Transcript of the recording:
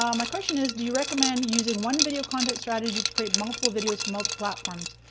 um my question is do you recommend using one video content strategy to create multiple videos for multiple platforms?